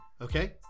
Okay